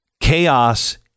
Chaos